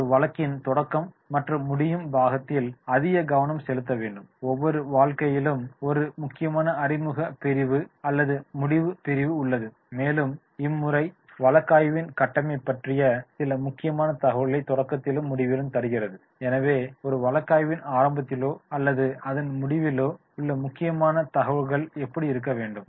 ஒரு வழக்கின் தொடக்கம் மற்றும் முடியும் பாகத்தில் அதிக கவனம் செலுத்த வேண்டும் ஒவ்வொரு வழக்காய்விலும் ஒரு முக்கியமான அறிமுக பிரிவு மற்றும் முடிவு பிரிவு உள்ளது மேலும் இம்முறை வழக்காய்வின் கட்டமைப்பைப் பற்றிய மிக முக்கியமான தகவல்கள்களை தொடக்கத்திலும் முடிவிலும் தருகிறது எனவே ஒரு வழக்காய்வின் ஆரம்பத்திலோ அல்லது அதன் முடிவிலோ மிக முக்கியமான தகவல்கள் இருக்கும்படி பார்த்து கொள்ள வேண்டும்